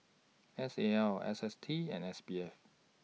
S A L S S T and S B F